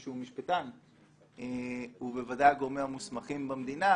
מישהו משפטן ובוודאי הגורמים המוסמכים במדינה,